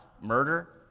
murder